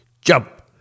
jump